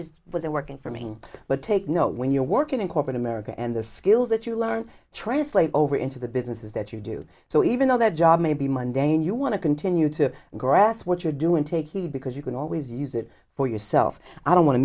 just wasn't working for me but take note when you're working in corporate america and the skills that you learn translate over into the businesses that you do so even though the job may be monday and you want to continue to grasp what you're doing take heed because you can always use it for yourself i don't want to